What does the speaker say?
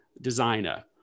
designer